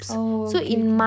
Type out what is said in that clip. oh okay